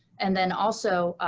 and then also,